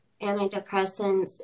antidepressants